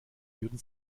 würden